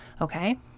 Okay